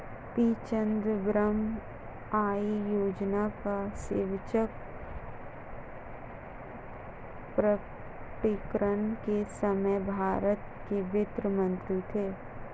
P Chidambaram आय योजना का स्वैच्छिक प्रकटीकरण के समय भारत के वित्त मंत्री थे